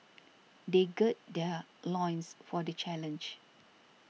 they gird their loins for the challenge